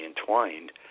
entwined